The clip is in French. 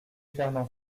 fernand